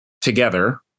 together